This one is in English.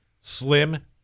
Slim